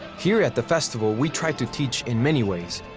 here at the festival, we try to teach in many ways,